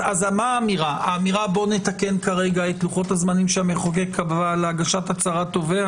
אז האמירה נתקן את לוחות הזמנים שהמחוקק קבע להגשת הצהרת תובע